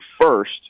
first